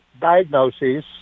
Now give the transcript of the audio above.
diagnoses